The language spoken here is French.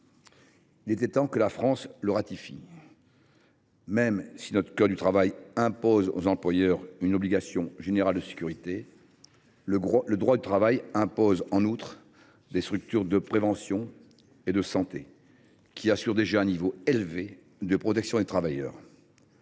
Il était temps que la France suive, même si notre code du travail impose non seulement une obligation générale de sécurité aux employeurs, mais aussi des structures de prévention et de santé qui assurent déjà un niveau élevé de protection des travailleurs.